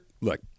look